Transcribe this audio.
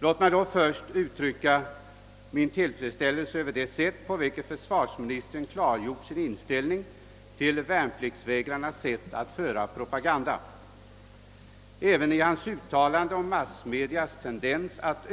Låt mig då först uttrycka min tillfredsställelse över det sätt på vilket försvarsministern klargjort sin inställning till värnpliktsvägrarnas sätt att föra propaganda. Jag vill också instämma i hans uttalande om massmedias tendens att